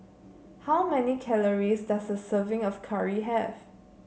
how many calories does a serving of curry have